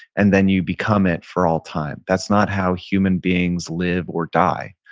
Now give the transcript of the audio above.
and then you become it for all time. that's not how human beings live or die.